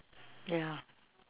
ya